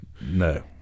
No